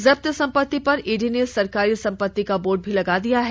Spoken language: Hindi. जब्त संपत्ति पर ईडी ने सरकारी संपत्ति का बोर्ड भी लगा दिया है